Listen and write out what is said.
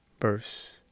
verse